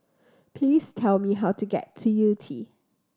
please tell me how to get to Yew Tee